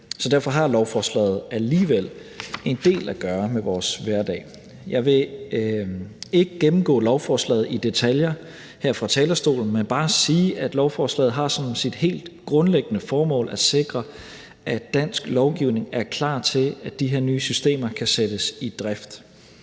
derfor har lovforslaget alligevel en del at gøre med vores hverdag. Jeg vil ikke gennemgå lovforslaget i detaljer her fra talerstolen, men bare sige, at lovforslaget har som sit helt grundlæggende formål at sikre, at dansk lovgivning er klar til, at de her nye systemer kan sættes i drift.